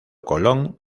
colón